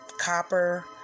Copper